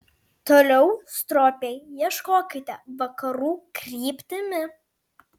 toliau stropiai ieškokite vakarų kryptimi